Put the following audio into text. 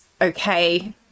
okay